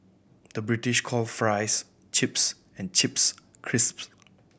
the British calls fries chips and chips crisps